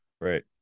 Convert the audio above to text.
Right